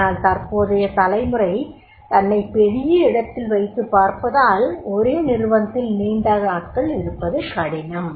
ஆனால் தற்போதைய தலைமுறை தன்னைப் பெரிய இடத்தில் வைத்துப் பார்ப்பதால் ஒரே நிறுவனத்தில் நீண்ட நாட்கள் இருப்பது கடினம்